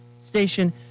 station